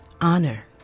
honor